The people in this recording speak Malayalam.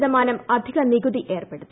ശതമാനം അധിക നികുതി ഏർപ്പെടുത്തി